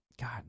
God